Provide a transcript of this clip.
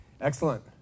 Excellent